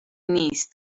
نیست